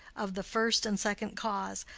of the first and second cause.